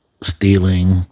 stealing